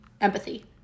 Empathy